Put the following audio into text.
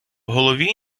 голові